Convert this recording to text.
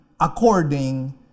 according